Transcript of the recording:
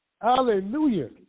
hallelujah